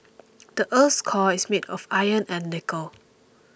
the earth's core is made of iron and nickel